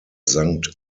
sankt